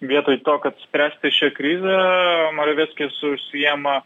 vietoj to kad spręsti šią krizę moraveckis užsiima